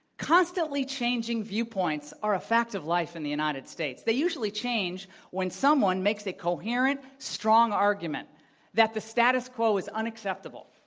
constantly changing viewpoints are a fact of life in the united states. they usually change when someone makes a coherent, strong argument that the status quo is unacceptable,